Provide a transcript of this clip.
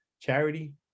charity